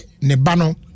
Nebano